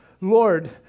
Lord